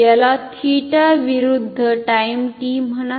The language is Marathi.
याला 𝜃 विरुध्ध टाईम t म्हणा